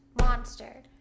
monster